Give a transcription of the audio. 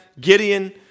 Gideon